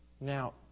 Now